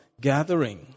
gathering